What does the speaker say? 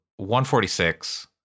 146